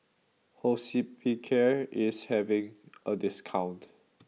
Hospicare is having a discount